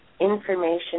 information